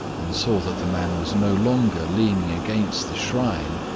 and saw that the man was no longer leaning against the shrine,